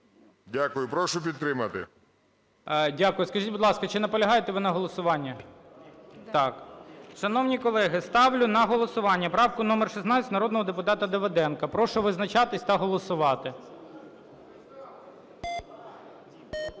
Дякую. Прошу підтримати. ГОЛОВУЮЧИЙ. Дякую. Скажіть, будь ласка, чи наполягаєте ви на голосуванні? Так. Шановні колеги, ставлю на голосування правку номер 16 народного депутата Давиденка. Прошу визначатися та голосувати.